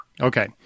Okay